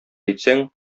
әйтсәң